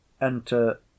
Enter